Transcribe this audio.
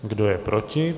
Kdo je proti?